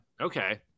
Okay